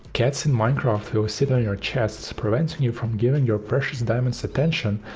cats in minecraft will ah sit on your chests preventing you from giving your precious diamonds attention,